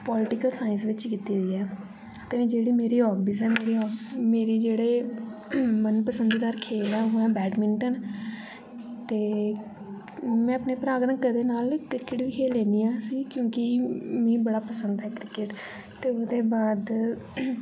political science बिच कीती दी ऐ ते जेह्ड़ी मेरी हॉबीज़ ऐ मेरे जेह्ड़े मन पसंदीदा खेल ऐ ओह् ऐ बैडमिन्टन ते में अपने भ्राऽ नाल कदें कदाल क्रिकेट बी खेलनी आं क्योंकि मिगी बड़ा पसंद ऐ क्रिकेट ते ओह्दे बाद